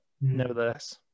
nevertheless